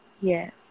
yes